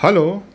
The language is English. hello